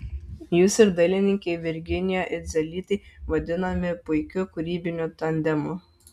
jūs ir dailininkė virginija idzelytė vadinami puikiu kūrybiniu tandemu